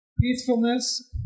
Peacefulness